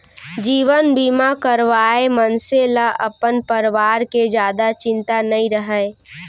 जीवन बीमा करवाए मनसे ल अपन परवार के जादा चिंता नइ रहय